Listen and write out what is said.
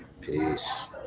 Peace